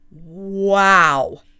wow